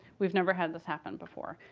we've never had this happen before.